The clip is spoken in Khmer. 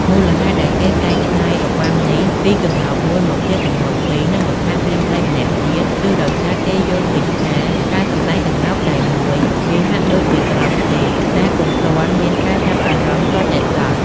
មូលហេតុដែលគេកែច្នៃរបាំនេះពីក្ងោកមួយ មកជាក្ងោកពីរ និងបន្ថែមព្រានព្រៃម្នាក់ទៀត គឺដោយសារគេយល់ឃើញថា ការសម្តែងក្ងោកតែមួយ វាហាក់ដូចជាត្រង់ពេក ដែលពុំទាន់មានការចាប់អារម្មណ៍ទាល់តែសោះ។